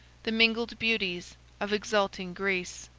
the mingled beauties of exulting greece.